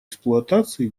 эксплуатации